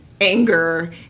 anger